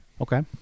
okay